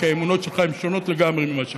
כי האמונות שלך הן שונות לגמרי ממה שאמרת.